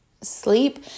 sleep